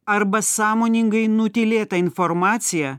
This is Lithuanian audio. arba sąmoningai nutylėta informacija